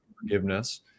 forgiveness